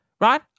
right